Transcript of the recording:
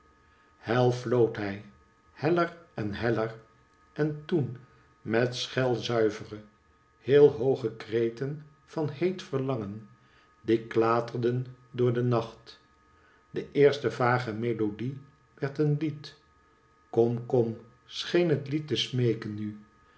hel floot hij heller en heller en toen met schelzuivere heel hooge kreten van heet verlangen die klaterden door den nacht de eerste vage melodie werd een lied kom kom scheen het lied te smeeken nu